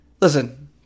Listen